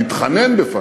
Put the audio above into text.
להתחנן בפניה.